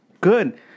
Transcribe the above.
good